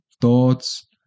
thoughts